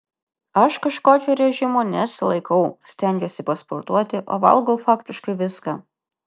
aš kažkokio režimo nesilaikau stengiuosi pasportuoti o valgau faktiškai viską